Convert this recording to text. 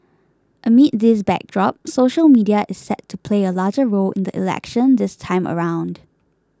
amid this backdrop social media is set to play a larger role in the election this time around